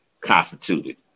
constituted